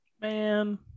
Man